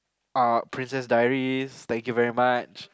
uh Princess-Diaries thank you very much